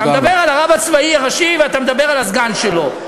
נא לסיים.